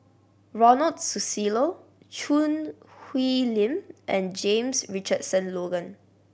Ronald Susilo Choo Hwee Lim and James Richardson Logan